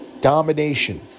Domination